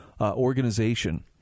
organization